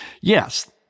Yes